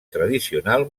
tradicional